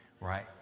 right